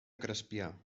crespià